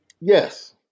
Yes